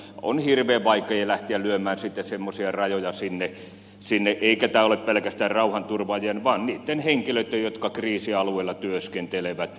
on hirveän vaikea lähteä lyömään semmoisia rajoja sinne eikä tämä ole pelkästään rauhanturvaajien asia vaan niitten henkilöitten jotka kriisialueella työskentelevät